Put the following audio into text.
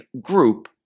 group